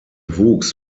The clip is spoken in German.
wuchs